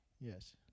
Yes